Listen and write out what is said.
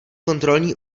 kontrolní